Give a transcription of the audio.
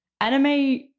anime